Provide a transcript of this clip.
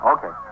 Okay